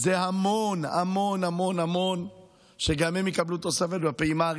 זה המון המון, וגם הם יקבלו תוספת בפעימה הראשונה.